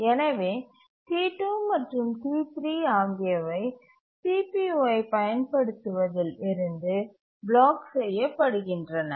எனவே T2 மற்றும் T3 ஆகியவை CPU ஐப் பயன்படுத்துவதில் இருந்து பிளாக் செய்யப்படுகின்றன